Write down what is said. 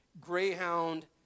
greyhound